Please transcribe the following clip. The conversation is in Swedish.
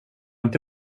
inte